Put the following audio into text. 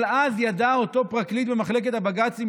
אבל אז ידע אותו פרקליט במחלקת הבג"צים,